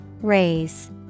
Raise